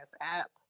app